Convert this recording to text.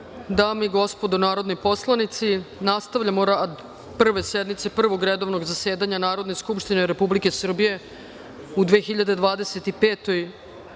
dame i gospodo narodni poslanici, nastavljamo rad Prve sednice Prvog redovnog zasedanja Narodne skupštine Republike Srbije u 2025.